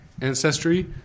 ancestry